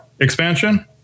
expansion